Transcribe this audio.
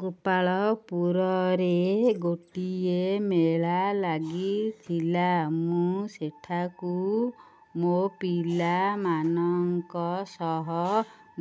ଗୋପାଳପୁରରେ ଗୋଟିଏ ମେଳା ଲାଗିଥିଲା ମୁଁ ସେଠାକୁ ମୋ ପିଲାମାନଙ୍କ ସହ